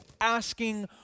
asking